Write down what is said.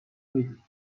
میدیم